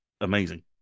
amazing